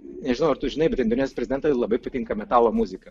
nežinau ar tu žinai bet indonezijos prezidentui labai pritinka metalo muzika